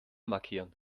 markieren